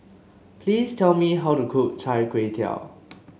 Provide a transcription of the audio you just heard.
please tell me how to cook chai kway tow